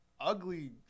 ugly